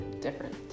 different